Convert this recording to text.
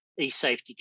eSafety